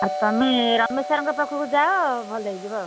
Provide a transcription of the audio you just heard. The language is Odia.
ଆଉ ତୁମେ ରମେଶ ସାର୍ଙ୍କ ପାଖକୁ ଯାଅ ଭଲ ହୋଇଯିବ